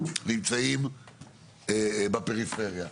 נמצאים בפריפריה.